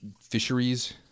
fisheries